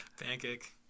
Pancake